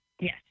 Yes